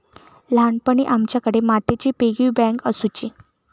ल्हानपणी आमच्याकडे मातीची पिगी बँक आसुची